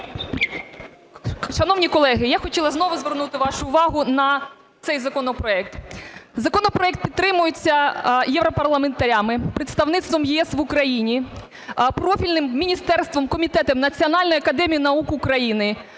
Шановні колеги! Я хотіла знову звернути вашу увагу на цей законопроект. Законопроект підтримується європарламентарями, представництвом ЄС в Україні, профільним міністерством, комітетом Національної академії наук України,